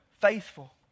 faithful